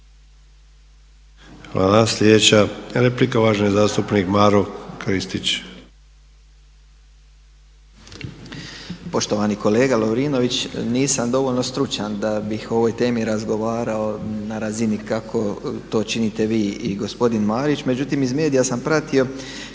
Hvala. Sljedeća replika, uvaženi zastupnik Maro Kristić.